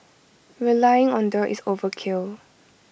relying on the is overkill